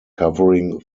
covering